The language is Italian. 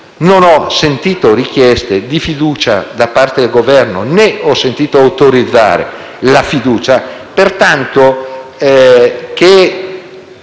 non ho sentito richieste di fiducia da parte del Governo, né ho sentito autorizzare la fiducia. Pertanto, che